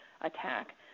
attack